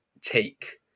take